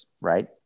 right